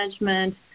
management